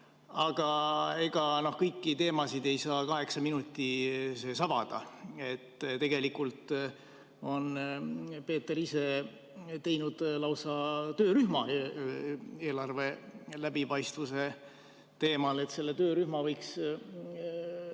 Aga ega kõiki teemasid ei saa kaheksa minuti sees avada. Tegelikult on Peeter ise teinud lausa töörühma eelarve läbipaistvuse teemal. Selle töörühma võiks